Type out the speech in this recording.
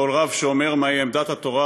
כל רב שאומר מהי עמדת תורה,